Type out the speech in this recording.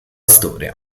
storia